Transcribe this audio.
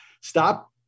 stop